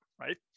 right